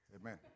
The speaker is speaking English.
Amen